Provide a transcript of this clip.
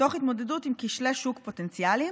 תוך התמודדות עם כשלי שוק פוטנציאליים